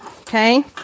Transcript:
okay